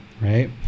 right